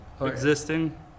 existing